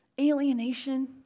alienation